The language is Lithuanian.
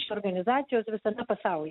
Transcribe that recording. organizacijos visame pasaulyje